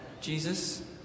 Jesus